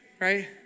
right